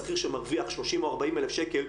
שכיר שמרוויח 30 או 40 אלף שקל,